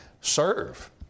Serve